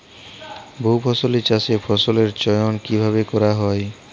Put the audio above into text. বহুফসলী চাষে ফসলের চয়ন কীভাবে করা হয়?